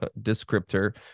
descriptor